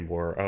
War